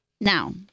Now